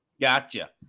Gotcha